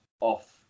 off